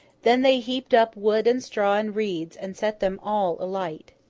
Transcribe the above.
then they heaped up wood and straw and reeds, and set them all alight.